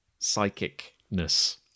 psychicness